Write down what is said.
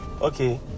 okay